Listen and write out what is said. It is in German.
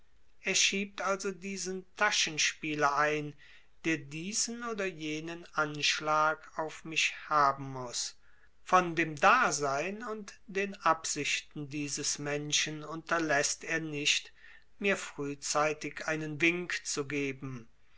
er schiebt also diesen taschenspieler ein der diesen oder jenen anschlag auf mich haben muß von dem dasein und den absichten dieses menschen unterläßt er nicht mir frühzeitig einen wink zu geben